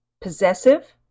possessive